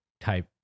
type